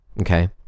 Okay